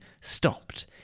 stopped